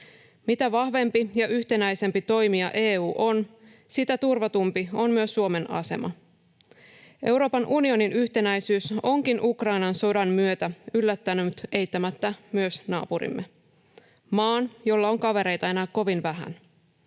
Mitä vahvempi ja yhtenäisempi toimija EU on, sitä turvatumpi on myös Suomen asema. Euroopan unionin yhtenäisyys onkin Ukrainan sodan myötä yllättänyt eittämättä myös naapurimme, maan, jolla on kavereita enää kovin vähän,